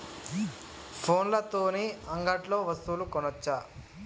ఫోన్ల తోని అంగట్లో వస్తువులు కొనచ్చా?